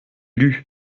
lut